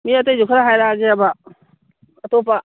ꯃꯤ ꯑꯇꯩꯁꯨ ꯈꯔ ꯍꯥꯏꯔꯛꯂꯒꯦꯕ ꯑꯇꯣꯞꯄ